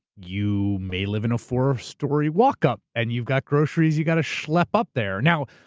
you may live in a four-story walk-up and you've got groceries you've got to schlep up there. now,